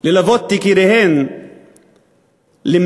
ללוות את יקיריהן למנוחות.